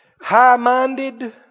high-minded